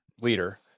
leader